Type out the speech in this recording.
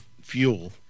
fuel